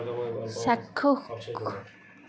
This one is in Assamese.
চাক্ষুখ